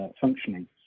functioning